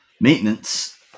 maintenance